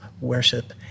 worship